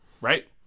Right